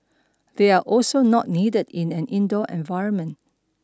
they are also not needed in an indoor environment